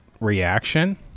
reaction